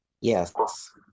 Yes